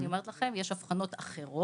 אני אומרת שיש אבחנות אחרות,